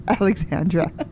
Alexandra